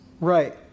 Right